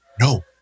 No